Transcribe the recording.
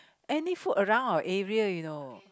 any food around our area you know